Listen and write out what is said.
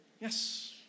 Yes